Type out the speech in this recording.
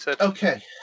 okay